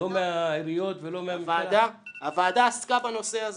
לא מהעיריות ולא --- הוועדה עסקה בנושא זה